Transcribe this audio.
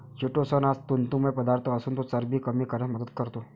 chitosan हा तंतुमय पदार्थ असून तो चरबी कमी करण्यास मदत करतो